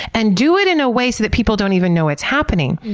and do it in a way so that people don't even know it's happening.